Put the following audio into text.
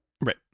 right